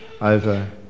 over